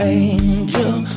angel